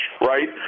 right